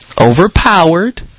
overpowered